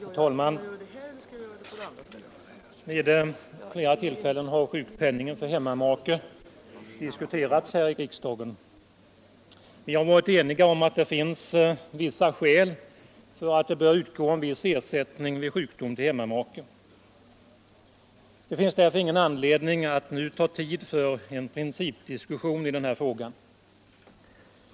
Herr talman! Vid flera tillfällen har sjukpenningen för hemmamake = måner till hemmadiskuterats här i riksdagen: Vi har varit eniga om att det finns vissa — makar m.fl. skäl för att det bör utgå en viss ersättning till hemmamake vid sjukdom. Det finns därför ingen anledning att nu ta tid för en principdiskussion i den här frågan.